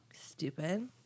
Stupid